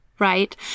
Right